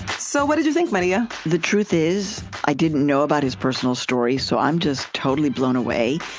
so what did you think, maria? the truth is i didn't know about his personal story, so i'm just totally blown away.